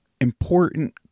important